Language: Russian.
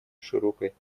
широкой